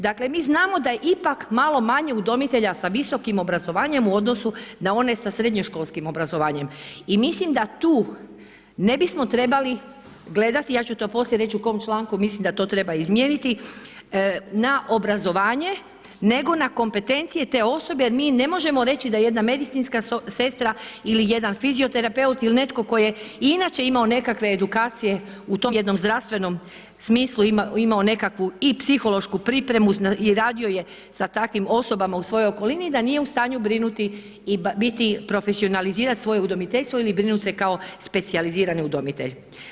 Dakle, mi znamo da je ipak malo manje udomitelja sa visokim obrazovanjem u odnosu na one sa srednjoškolskim obrazovanjem i mislim da tu ne bismo trebali gledati, ja ću to poslije reći u kom članku mislim da to treba izmijeniti, na obrazovanje nego na kompetencije te osobe jer mi ne možemo reći da jedna medicinska sestra ili jedan fizioterapeut ili netko tko je inače imao nekakve edukacije u tom jednom zdravstvenom smislu, imao nekakvu i psihološku pripremu i radio je za takvim osobama u svojoj okolini i da nije u stanju brinuti i profesionalizirat svoje udomiteljstvo ili brinut se kao specijalizirani udomitelj.